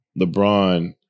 LeBron